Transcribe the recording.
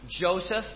Joseph